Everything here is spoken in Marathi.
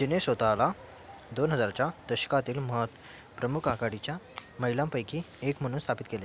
तिने स्वतःला दोन हजारच्या दशकातील महत् प्रमुख आखाडीच्या महिलांपैकी एक म्हणून स्थापित केले